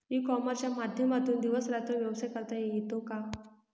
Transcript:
E कॉमर्सच्या माध्यमातून दिवस रात्र व्यवसाय करता येतो का?